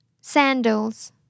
sandals